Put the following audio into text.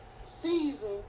season